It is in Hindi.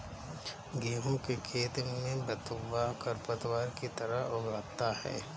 गेहूँ के खेत में बथुआ खरपतवार की तरह उग आता है